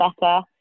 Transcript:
better